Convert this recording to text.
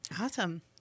Awesome